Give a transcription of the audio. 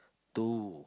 too